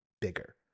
bigger